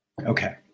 Okay